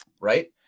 Right